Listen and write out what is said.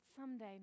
someday